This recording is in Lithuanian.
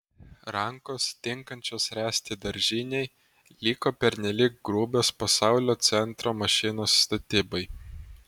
rankos tinkančios ręsti daržinei liko pernelyg grubios pasaulio centro mašinos statybai